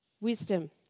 Wisdom